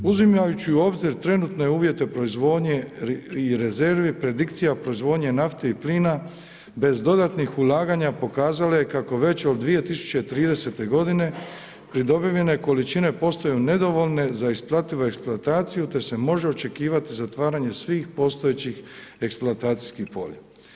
Uzimajući u obzir trenutne uvjete proizvodnje i rezervi predikcija proizvodnje nafte i plina bez dodatnih ulaganja pokazala je kako već od 2030. godine pridobivene količine postaju nedovoljne za isplativu eksploataciju, te se može očekivati zatvaranje svih postojećih eksploatacijskih polja.